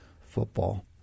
football